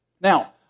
Now